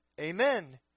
amen